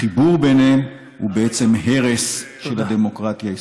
החיבור ביניהן הוא בעצם הרס של הדמוקרטיה הישראלית.